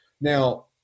Now